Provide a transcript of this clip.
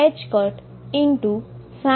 જે |E|ψ થશે